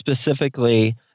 specifically